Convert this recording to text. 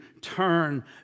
turn